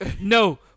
No